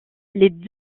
les